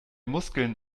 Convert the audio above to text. muskeln